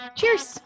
Cheers